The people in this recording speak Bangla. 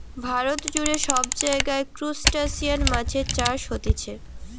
ভারত জুড়ে সব জায়গায় ত্রুসটাসিয়ান মাছের চাষ হতিছে